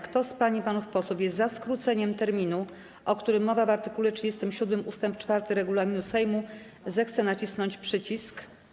Kto z pań i panów posłów jest za skróceniem terminu, o którym mowa w art. 37 ust. 4 regulaminu Sejmu, zechce nacisnąć przycisk.